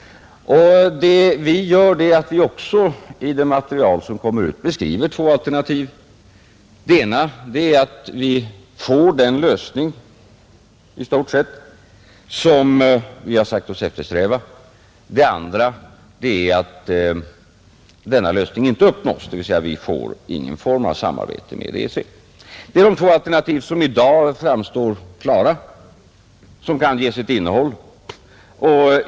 Vad vi gör i det material som kommer ut är också att beskriva situationen med två olika alternativ. Det ena är att vi får i stort sett den lösning vi har sagt oss eftersträva, det andra är att denna lösning inte uppnås, dvs. att vi inte får någon form av samarbete med EEC. Det är de två alternativ som i dag framstår klara och som kan ges ett innehåll.